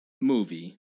movie